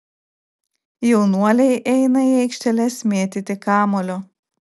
jaunuoliai eina į aikšteles mėtyti kamuolio